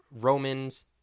Romans